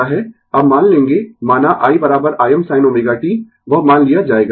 अब मान लेंगें माना i Imsin ωt वह मान लिया जाएगा